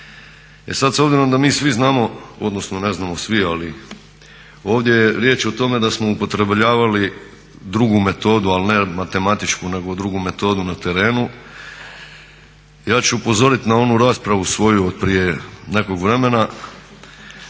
sad s obzirom da mi svi znamo odnosno ne znamo svi, ali ovdje je riječ o tome da smo upotrebljavali drugu metodu, ali ne matematičku nego drugu metodu na terenu, ja ću upozorit na onu raspravu svoju od prije nekog vremena,